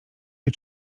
wie